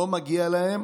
לא מגיע להם